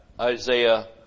Isaiah